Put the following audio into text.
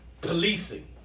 policing